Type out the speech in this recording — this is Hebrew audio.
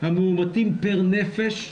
המאומתים פר נפש.